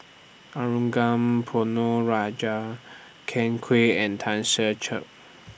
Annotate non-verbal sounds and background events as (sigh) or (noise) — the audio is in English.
(noise) (unintelligible) Ponnu Rajah Ken Kwek and Tan Ser Cher